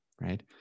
right